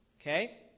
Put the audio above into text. okay